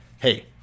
Hey